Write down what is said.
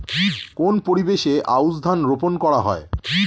কোন পরিবেশে আউশ ধান রোপন করা হয়?